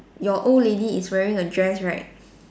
your old lady is wearing a dress right